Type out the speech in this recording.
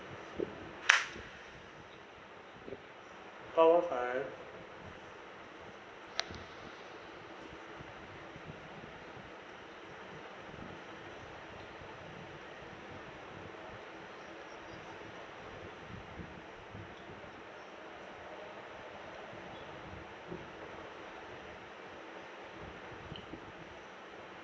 part one